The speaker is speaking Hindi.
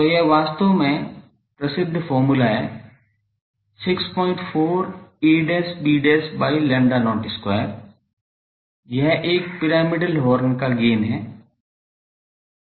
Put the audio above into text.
तो यह वास्तव में प्रसिद्ध फार्मूला है 64 a b by lambda not square यह एक पिरामिडल हॉर्न का गेन है